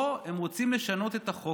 פה הם רוצים לשנות את החוק,